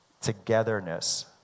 togetherness